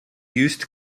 used